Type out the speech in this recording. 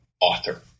author